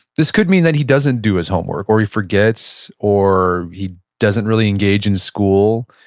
this could mean that he doesn't do his homework, or he forgets, or he doesn't really engage in school.